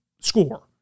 score